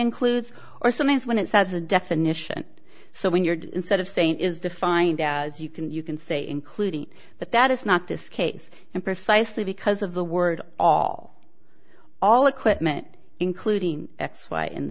includes or sometimes when it says the definition so when you're instead of saying it is defined as you can you can say including but that is not this case and precisely because of the word all all equipment including x y